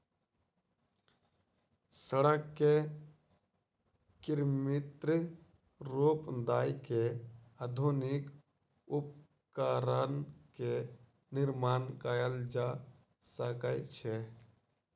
रबड़ के कृत्रिम रूप दय के आधुनिक उपकरण के निर्माण कयल जा सकै छै